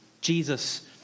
Jesus